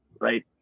Right